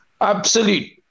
absolute